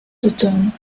return